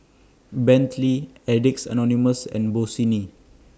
Bentley Addicts Anonymous and Bossini